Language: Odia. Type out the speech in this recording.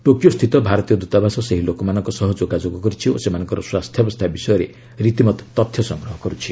ଟୋକିଓସ୍ଥିତ ଭାରତୀୟ ଦୂତାବାସ ସେହି ଲୋକମାନଙ୍କ ସହ ଯୋଗାଯୋଗ କରିଛି ଓ ସେମାନଙ୍କର ସ୍ୱାସ୍ଥ୍ୟାବସ୍ଥା ବିଷୟରେ ରୀତିମତ ତଥ୍ୟ ସଂଗ୍ହ କରୁଛି